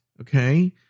okay